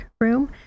room